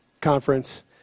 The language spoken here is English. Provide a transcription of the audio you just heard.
conference